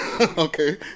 Okay